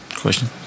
question